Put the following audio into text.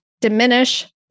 diminish